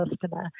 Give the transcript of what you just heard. customer